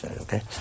okay